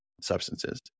substances